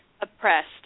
oppressed